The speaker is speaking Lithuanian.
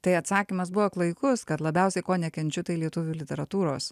tai atsakymas buvo klaikus kad labiausiai ko nekenčiu tai lietuvių literatūros